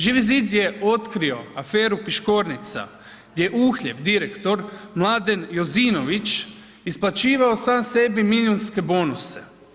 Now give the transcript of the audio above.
Živi zid je otkrio aferu Piškornica gdje je uhljeb direktor Mladen Jozinović isplaćivao sam sebi milijunske bonuse.